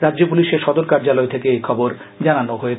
রাজ্য পুলিশের সদর কার্যালয় থেকে এখবর জানানো হয়েছে